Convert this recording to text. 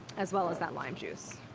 as well as that lime juice.